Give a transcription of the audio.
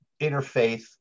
interfaith